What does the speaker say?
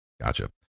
Gotcha